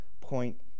point